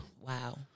Wow